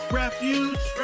refuge